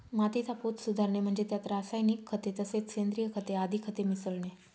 मातीचा पोत सुधारणे म्हणजे त्यात रासायनिक खते तसेच सेंद्रिय खते आदी खते मिसळणे